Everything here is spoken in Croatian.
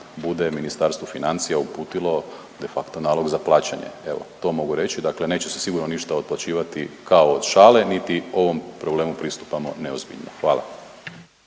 bude Ministarstvu financija uputilo de facto nalog za plaćanje. Evo to mogu reći, dakle neće se sigurno ništa otplaćivati kao od šale niti ovom problemu pristupamo neozbiljno. Hvala.